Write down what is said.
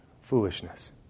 Foolishness